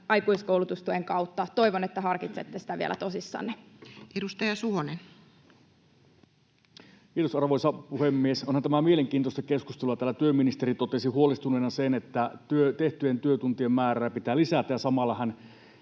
aikuiskoulutustuen kautta. Toivon, että harkitsette sitä vielä tosissanne. Edustaja Suhonen. Kiitos, arvoisa puhemies! Onhan tämä mielenkiintoista keskustelua. Täällä työministeri totesi huolestuneena, että tehtyjen työtuntien määrää pitää lisätä,